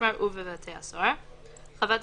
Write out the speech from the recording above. ובלבד שהחלטה